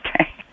Okay